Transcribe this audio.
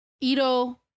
Ito